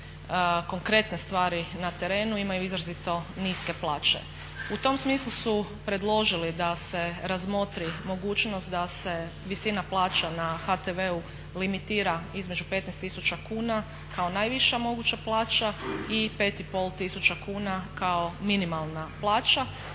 konkretne stvari na terenu imaju izrazito niske plaće. U tom smislu su predložili da se razmotri mogućnost da se visina plaća na HTV-u limitira između 15 tisuća kuna kao najviša moguća plaća i 5,5 tisuća kuna kao minimalna plaća